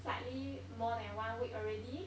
slightly more than one week already